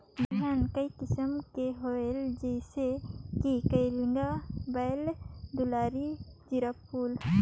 धान बिहान कई किसम के होयल जिसे कि कलिंगा, बाएल दुलारी, जीराफुल?